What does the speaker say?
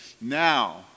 Now